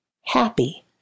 happy